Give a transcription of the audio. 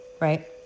right